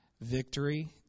victory